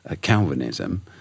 Calvinism